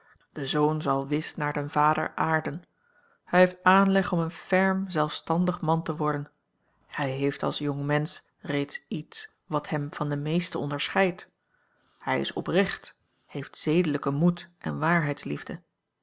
de zoon zal wis naar den vader aarden hij heeft aanleg om een ferm zelfstandig man te worden hij heeft als jongmensch reeds iets wat hem van de meeste onderscheidt hij is oprecht heeft zedelijken moed en